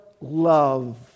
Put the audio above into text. love